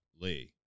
Lee